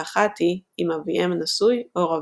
ואחת היא אם אביהם נשוי או רווק.